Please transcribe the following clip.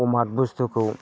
अमात बुस्थुखौ